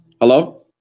Hello